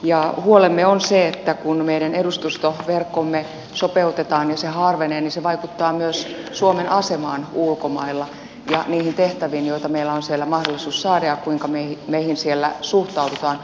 huolemme on se että kun meidän edustustoverkkomme sopeutetaan ja se harvenee niin se vaikuttaa myös suomen asemaan ulkomailla ja niihin tehtäviin joita meillä on siellä mahdollisuus saada ja kuinka meihin siellä suhtaudutaan